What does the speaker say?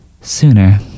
sooner